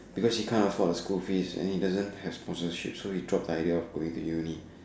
because he can't afford school fees and he doesn't have so he dropped the idea of going to uni